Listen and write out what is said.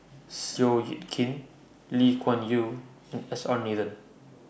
Seow Yit Kin Lee Kuan Yew and S R Nathan